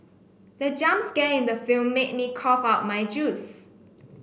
the jump scare in the film made me cough out my juice